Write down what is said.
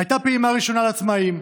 הייתה פעימה ראשונה לעצמאים,